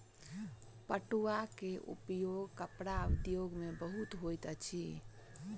पटुआ के उपयोग कपड़ा उद्योग में बहुत होइत अछि